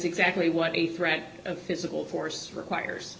exactly what the threat of physical force requires